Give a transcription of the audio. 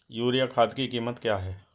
Urea खाद की कीमत क्या है?